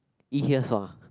eat here sua